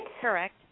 Correct